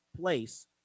place